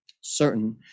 certain